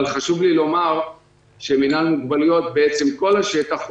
אבל חשוב לי לומר שמינהל מוגבלויות בעצם כל השטח עובד,